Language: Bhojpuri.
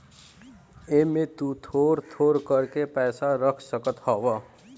एमे तु थोड़ थोड़ कर के पैसा रख सकत हवअ